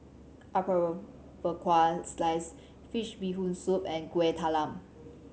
Apom Berkuah sliced fish Bee Hoon Soup and Kueh Talam